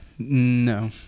No